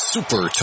Super